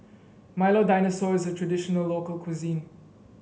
Milo Dinosaur is a traditional local cuisine